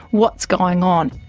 what's going on?